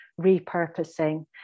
repurposing